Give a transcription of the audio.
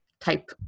type